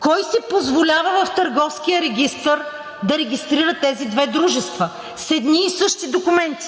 Кой си позволява в Търговския регистър да регистрира тези две дружества с едни и същи документи?